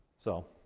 so.